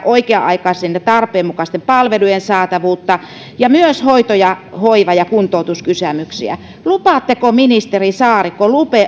oikea aikaisten ja tarpeenmukaisten palvelujen saatavuutta ja myös hoito hoiva ja kuntoutuskysymyksiä lupaatteko ministeri saarikko